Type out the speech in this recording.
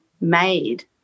made